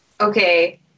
Okay